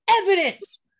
evidence